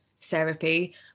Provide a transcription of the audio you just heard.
therapy